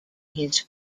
his